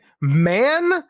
Man